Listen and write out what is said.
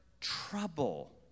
trouble